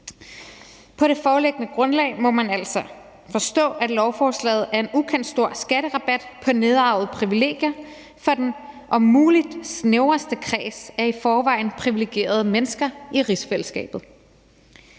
På det foreliggende grundlag må man altså forstå, at lovforslaget er en ukendt stor skatterabat på nedarvede privilegier for den om muligt snævreste kreds af i forvejen privilegerede mennesker i rigsfællesskabet.